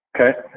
Okay